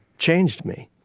changed me.